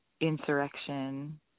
insurrection